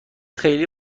خیلی